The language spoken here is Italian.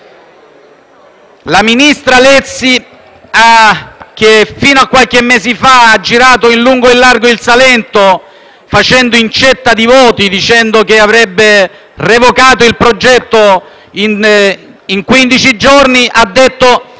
la ministra Lezzi, che fino a qualche mese fa ha girato in lungo e in largo il Salento facendo incetta di voti, dicendo che avrebbe revocato il progetto in quindici giorni, ha detto